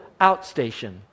outstation